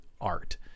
art